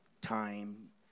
time